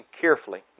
carefully